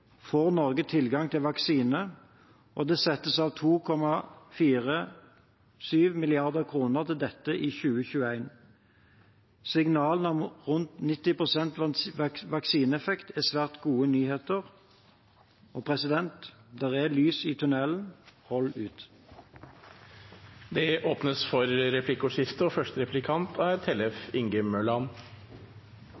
får Norge tilgang til vaksine, og det settes av 2,47 mrd. kr til dette i 2021. Signalene om rundt 90 pst. vaksineeffekt er svært gode nyheter. Det er lys i tunnelen. Hold ut. Det blir replikkordskifte. To av tre jobber deltid i kommunal helse- og